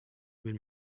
been